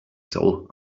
soul